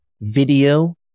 video